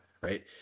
right